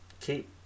keep